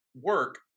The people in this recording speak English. work